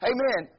Amen